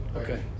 okay